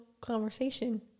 conversation